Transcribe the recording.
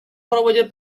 проводит